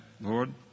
Lord